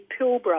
Pilbara